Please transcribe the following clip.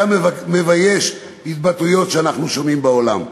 מבייש התבטאויות שאנחנו שומעים בעולם.